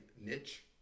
niche